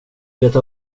veta